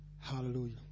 Hallelujah